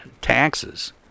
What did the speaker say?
taxes